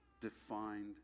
defined